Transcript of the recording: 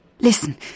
Listen